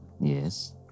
Yes